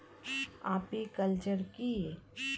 Apiculture কি?